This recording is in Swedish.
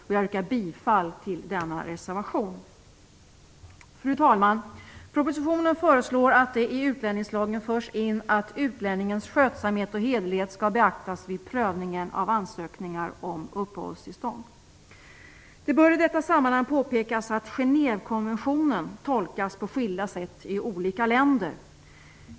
Jag yrkar bifall till denna reservation. Fru talman! I propositionen föreslås att det i utlänningslagen förs in att utlänningens skötsamhet och hederlighet skall beaktas vid prövningen av ansökningar om uppehållstillstånd. Det bör i detta sammanhang påpekas att Genèvekonventionen tolkas på skilda sätt i olika länder.